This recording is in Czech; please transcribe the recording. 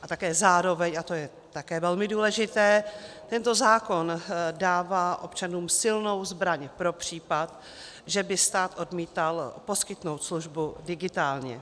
A také zároveň, a to je také velmi důležité, tento zákon dává občanům silnou zbraň pro případ, že by stát odmítal poskytnout službu digitálně.